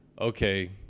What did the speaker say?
okay